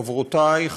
חברותיי,